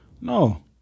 No